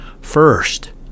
First